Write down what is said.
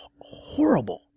horrible